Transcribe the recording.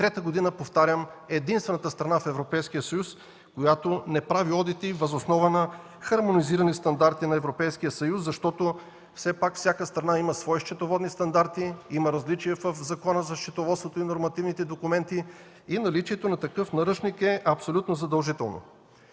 трета година липсва и сме единствената страна в Европейския съюз, която не прави одити въз основа на хармонизирани стандарти на Европейския съюз. Все пак всяка страна има свои счетоводни стандарти, има различия в законите за счетоводството и нормативните документи и наличието на такъв наръчник е абсолютно задължително.